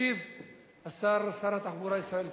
ישיב שר התחבורה ישראל כץ.